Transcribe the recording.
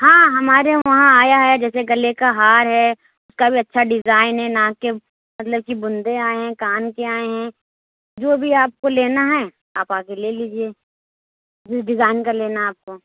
ہاں ہمارے وہاں آیا ہے جیسے گلّے کا ہار ہے کافی اچھا ڈیزائن ہے ناک کے مطلب کہ بُندے آئے ہیں کان کے آئے ہیں جو بھی آپ کو لینا ہے آپ آ کے لے لیجیے جس ڈیزائن کا لینا ہے آپ کو